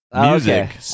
music